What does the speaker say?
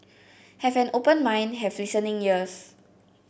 have an open mind have listening ears